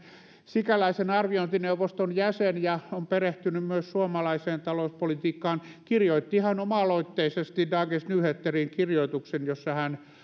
sikäläisen arviointineuvoston jäsen ja on perehtynyt myös suomalaiseen talouspolitiikkaan kirjoitti ihan oma aloitteisesti dagens nyheteriin kirjoituksen jossa hän